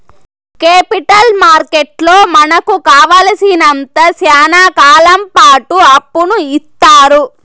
capital మార్కెట్లో మనకు కావాలసినంత శ్యానా కాలంపాటు అప్పును ఇత్తారు